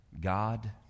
God